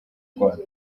rwanda